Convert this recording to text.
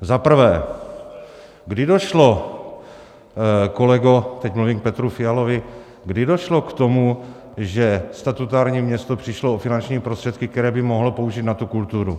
Za prvé, kdy došlo, kolego teď mluvím k Petru Fialovi kdy došlo k tomu, že statutární město přišlo o finanční prostředky, které by mohlo použít na tu kulturu?